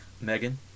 Megan